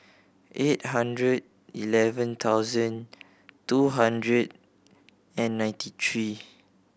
eight hundred eleven thousand two hundred and ninety three